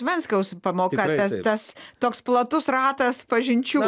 venckaus pamoka tas tas toks platus ratas pažinčių